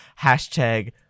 Hashtag